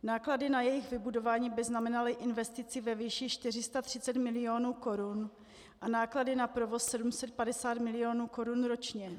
Náklady na jejich vybudování by znamenaly investici ve výši 430 mil. korun a náklady na provoz 750 mil. korun ročně.